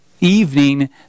evening